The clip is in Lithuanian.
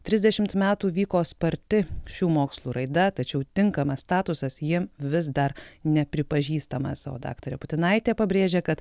trisdešimt metų vyko sparti šių mokslų raida tačiau tinkamas statusas ji vis dar nepripažįstamas o daktarė putinaitė pabrėžė kad